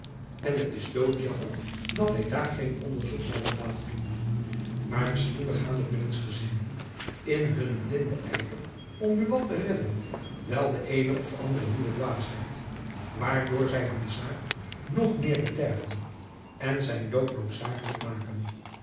en t is dood jammer dat hy daar geen onderzoek naar wil laten doen maar misschien begaan de prinsgezinden in hun blinden yver om buat te redden wel de eene of andere nieuwe dwaasheid waardoor zy hun zaak nog meer bederven en zijn dood noodzakelijk maken